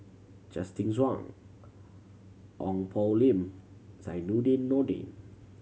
Justin Zhuang Ong Poh Lim Zainudin Nordin